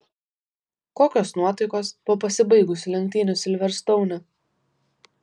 kokios nuotaikos po pasibaigusių lenktynių silverstoune